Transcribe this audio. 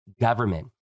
government